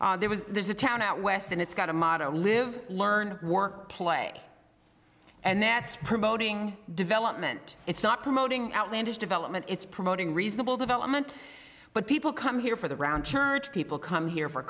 appreciate there was there's a town out west and it's got a modern live learn work play and that's promoting development it's not promoting outlandish development it's promoting reasonable development but people come here for the round church people come here for